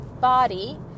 body